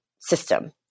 system